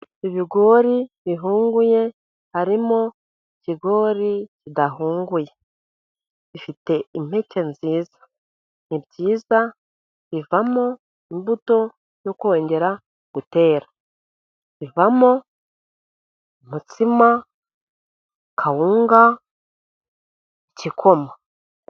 Ibigori bihunguye harimo ikigori kidahunguye, bifite impeke nziza ni byiza bivamo imbuto yo kongera gutera, bivamo umutsima, kawunga, igikoma.